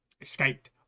escaped